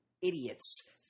idiots